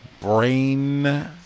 brain